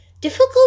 Difficult